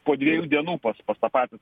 po dviejų dienų pas pas tą patį